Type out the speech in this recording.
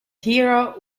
hero